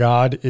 God